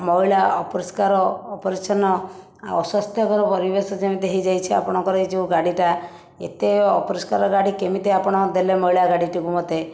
ମଇଳା ଅପରିଷ୍କାର ଅପରିଚ୍ଛନ୍ନ ଅସ୍ବାସ୍ଥ୍ୟକର ପରିବେଶ ଯେମିତି ହୋଇଯାଇଛି ଆପଣଙ୍କର ଏଇ ଯେଉଁ ଗାଡ଼ିଟା ଏତେ ଅପରିଷ୍କାର ଗାଡ଼ି କେମିତି ଆପଣ ଦେଲେ ମଇଳା ଗାଡ଼ିଟିକୁ ମୋତେ